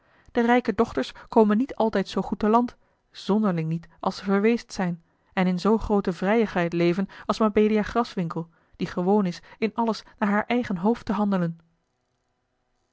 de rijke dochters komen niet altijd zoo goed te land zonderling niet als ze verweesd zijn en in zoo groote vrijigheid leven als mabelia graswinckel die gewoon is in alles naar haar eigen hoofd te handelend